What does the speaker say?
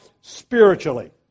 spiritually